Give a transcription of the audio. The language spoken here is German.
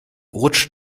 rutscht